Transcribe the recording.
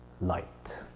light